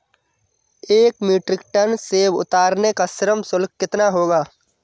एक metric ton सेव उतारने का श्रम शुल्क कितना होगा?